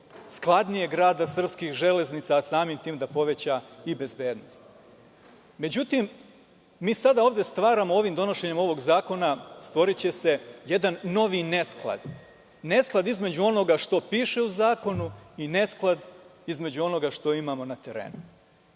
skladnijeg rada srpskih železnica, a samim tim da poveća i bezbednost. Međutim, donošenjem ovog zakona, stvoriće se jedan novi nesklad. Nesklad između onoga što piše u zakonu i nesklad između onoga što imamo na terenu.